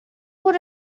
would